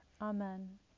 Amen